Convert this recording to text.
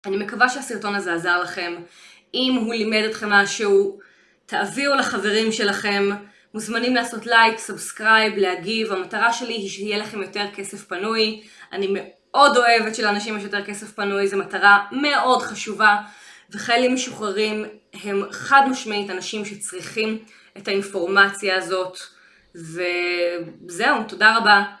אני מקווה שהסרטון הזה עזר לכם אם הוא לימד אתכם משהו תעבירו לחברים שלכם מוזמנים לעשות לייק, סאבסקרייב להגיב, המטרה שלי היא שיהיה לכם יותר כסף פנוי אני מאוד אוהבת שלאנשים יש יותר כסף פנוי זו מטרה מאוד חשובה וחיילים משוחררים הם חד משמעית אנשים שצריכים את האינפורמציה הזאת וזהו תודה רבה